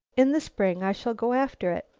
in the spring i shall go after it.